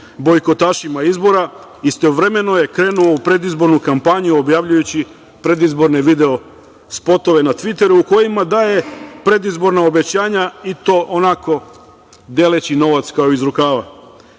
bojkotašima izbora, istovremeno je krenuo u predizbornu kampanju, objavljujući predizborne video-spotove na Tviteru, u kojima daje predizborna obećanja i to onako deleći novac kao iz rukava. Slatko